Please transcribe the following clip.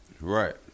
Right